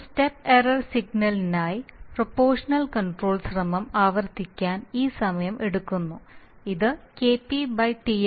ഒരു step error സിഗ്നലിനായി proportional control ശ്രമം ആവർത്തിക്കാൻ ഈ സമയം എടുക്കുന്നു ഇത് Kp Ti